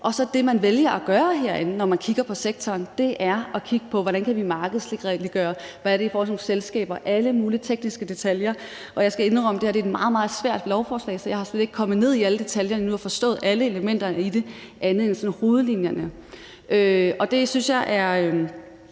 det, man vælger at gøre herinde, når man kigger på sektoren, er at kigge på, hvordan vi kan markedsliggøre det, og hvad det er for en slags selskaber – alle mulige tekniske detaljer. Jeg skal indrømme, at det her er et meget, meget svært lovforslag, så jeg er slet ikke kommet ned i alle detaljerne endnu og har ikke forstået alle elementerne i det andet end sådan hovedlinjerne.